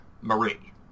Marie